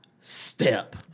step